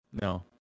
No